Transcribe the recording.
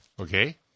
Okay